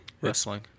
Wrestling